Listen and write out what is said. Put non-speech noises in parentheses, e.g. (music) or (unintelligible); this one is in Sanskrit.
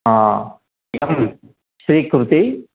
अ (unintelligible) स्वीकृति